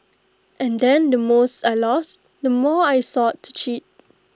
and then the mores I lost the more I sought to cheat